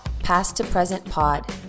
PastToPresentPod